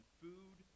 food